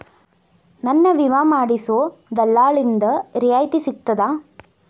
ನನ್ನ ವಿಮಾ ಮಾಡಿಸೊ ದಲ್ಲಾಳಿಂದ ರಿಯಾಯಿತಿ ಸಿಗ್ತದಾ?